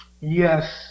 Yes